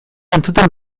entzuten